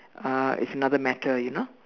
uh it's another matter you know